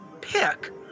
pick